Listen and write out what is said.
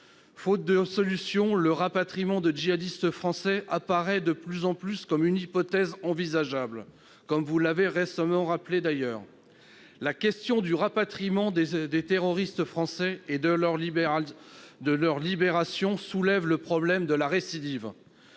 Faute de solutions, le rapatriement de djihadistes français apparaît de plus en plus comme une hypothèse envisageable, comme vous l'avez récemment rappelé, madame la garde des sceaux. Seulement, cette question du rapatriement des terroristes français et de leur libération soulève le problème de la récidive.